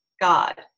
God